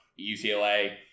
UCLA